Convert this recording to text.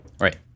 Right